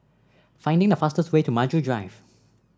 finding the fastest way to Maju Drive